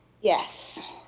Yes